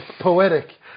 poetic